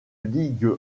ligue